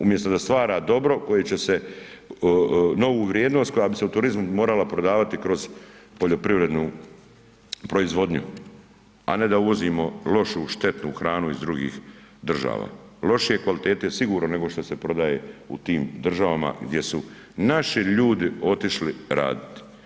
Umjesto da stvara dobro koje će se, novu vrijednost koja bi se u turizmu morala prodavati kroz poljoprivrednu proizvodnju a ne da uvozimo lošu, štetnu hranu iz drugih država lošije kvalitete sigurno nego što se prodaje u tim državama gdje su naši ljudi otišli raditi.